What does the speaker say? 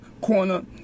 corner